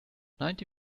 ninety